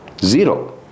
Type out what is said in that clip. Zero